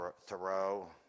Thoreau